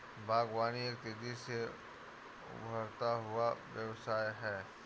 बागवानी एक तेज़ी से उभरता हुआ व्यवसाय है